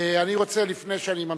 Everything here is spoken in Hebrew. אני רוצה לפני שאני ממשיך,